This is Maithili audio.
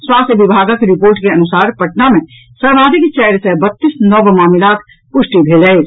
स्वास्थ्य विभागक रिपोर्ट के अुनसार पटना मे सर्वाधिक चारि सय बत्तीस नव मामिलाक पुष्टि भेल अछि